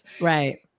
Right